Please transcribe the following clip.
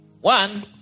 One